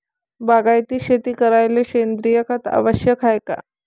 बागायती शेती करायले सेंद्रिय खत आवश्यक हाये का?